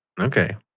Okay